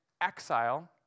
exile